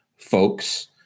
Folks